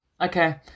Okay